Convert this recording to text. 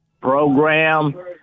program